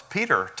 Peter